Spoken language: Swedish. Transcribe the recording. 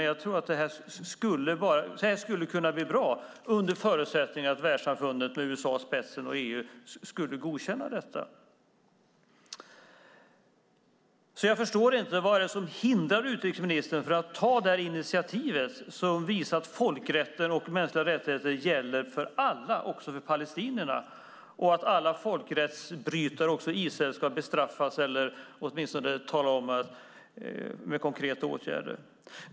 Jag tror att det här skulle kunna bli bra under förutsättning att världssamfundet med USA och EU i spetsen skulle godkänna detta. Jag förstår inte vad det är som hindrar utrikesministern från att ta det här initiativet som visar att folkrätten och mänskliga rättigheter gäller för alla, också för palestinierna, och att alla folkrättsbrytare, också Israel, ska bestraffas med konkreta åtgärder.